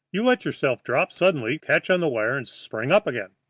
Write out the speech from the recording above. you let yourself drop suddenly, catch on the wire, and spring up again.